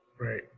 Right